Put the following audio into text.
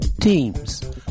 Teams